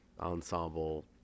ensemble